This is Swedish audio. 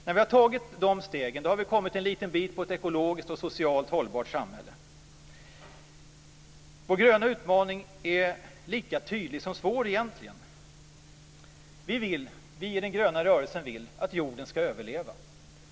När vi har tagit de stegen har vi kommit en liten bit på väg mot ett ekologiskt och socialt hållbart samhälle. Vår gröna utmaning är lika tydlig som svår egentligen. Vi i den gröna rörelsen vill att jorden ska överleva.